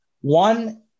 One